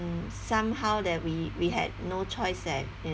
mm somehow that we we had no choice that